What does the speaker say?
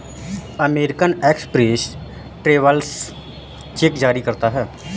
American Express travellers cheque जारी करता है